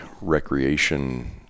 recreation